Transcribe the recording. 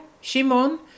shimon